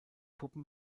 puppen